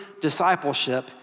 discipleship